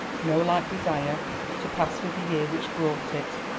no light desire to pass with the year which brought it.